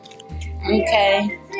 Okay